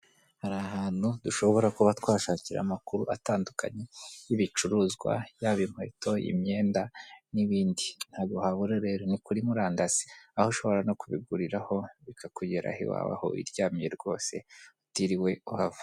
Hari ahantu dushobora kuba twashakira amakuru atandukanye y'ibicuruzwa, yaba inkweto, imyenda n'ibindi. Ntago wahabura rero ni kuri murandasi, aho ushobora no kubiguriraho bikakugeraho iwawe aho wiryamiye rwose utiriwe uhava.